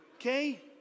Okay